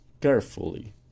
carefully